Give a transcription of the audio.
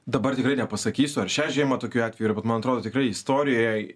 dabar tikrai nepasakysiu ar šią žiemą tokių atvejų yra bet man atrodo tikrai istorijoje